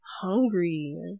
hungry